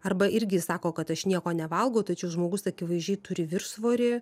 arba irgi sako kad aš nieko nevalgau tačiau žmogus akivaizdžiai turi viršsvorį